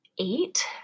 eight